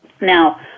now